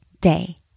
day